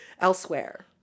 elsewhere